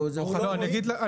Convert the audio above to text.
נו זה מה שאני אומר.